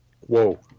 Whoa